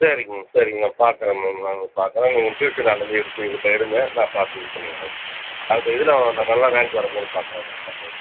சரிங்க மேம் சரிங்க மேம் பார்க்கறேன் மேம் நானும் பார்க்கறேன் நீங்கள் ட்யூஷன் நாளைலருந்து எடுத்து எடுங்கள் நான் பார்த்து இது பண்ணிக்கிறேன் மேம் அடுத்த இதில் அவன் நல்லா ரேங்க் வரமாரி பார்க்குறேன் மேம் அடுத்த இது